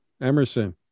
Emerson